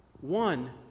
one